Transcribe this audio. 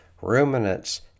ruminants